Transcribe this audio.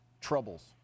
troubles